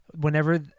whenever